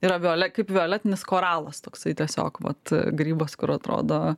yra viole kaip violetinis koralas toksai tiesiog vat grybas kur atrodo